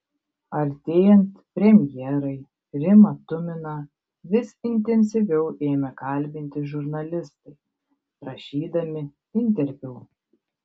artėjant premjerai rimą tuminą vis intensyviau ėmė kalbinti žurnalistai prašydami interviu